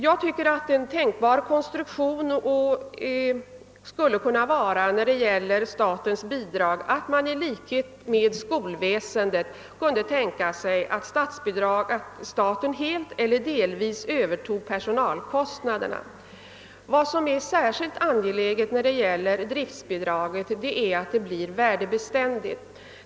Jag tycker att en tänkbar konstruktion i fråga om statens bidrag skulle kunna vara att man i likhet med vad som gäller för skolväsendet kunde tänka sig att staten helt eller delvis övertog personalkostnaderna. Vad som är särskilt angeläget i fråga om driftbidraget är att det blir värdebeständigt.